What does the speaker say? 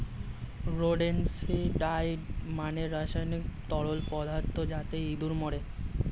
rodenticide মানে রাসায়নিক তরল পদার্থ যাতে ইঁদুর মরে